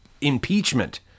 impeachment